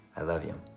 i love you.